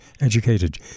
educated